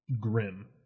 grim